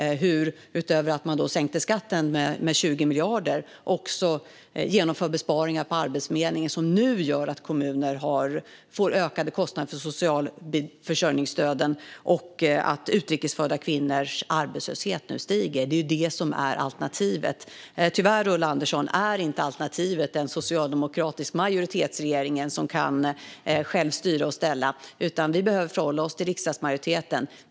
Utöver att man sänkte skatten med 20 miljarder genomförde man besparingar på Arbetsförmedlingen, vilket gör att kommuner nu får ökade kostnader för försörjningsstöden samt att utrikes födda kvinnors arbetslöshet stiger. Det är detta som är alternativet. Tyvärr är inte alternativet en socialdemokratisk majoritetsregering som kan styra och ställa själv, Ulla Andersson, utan vi behöver förhålla oss till riksdagsmajoriteten.